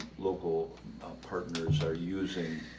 local partners are using